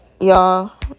y'all